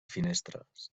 finestres